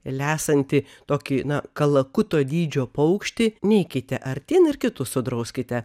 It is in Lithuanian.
lesantį tokį na kalakuto dydžio paukštį neikite artyn ir kitus sudrauskite